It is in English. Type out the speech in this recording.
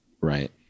Right